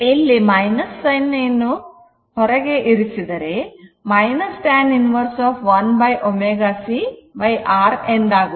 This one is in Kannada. ಇಲ್ಲಿ ಚಿಹ್ನೆಯನ್ನು ಹೊರಗೆ ಇರಿಸಿದರೆ tan inverse 1 ω c R ಎಂದಾಗುತ್ತದೆ